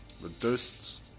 Reduced